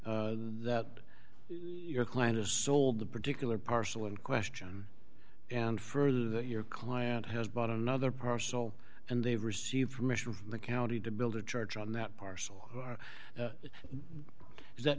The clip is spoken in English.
that your client has sold the particular parcel in question and further that your client has bought another parcel and they have received permission from the county to build a charge on that parcel it is that